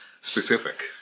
specific